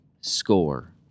score